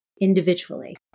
individually